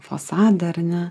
fasadą ar ne